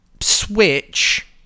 Switch